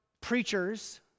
preachers